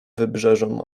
wybrzeżom